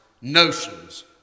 notions